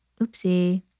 oopsie